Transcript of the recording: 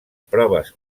proves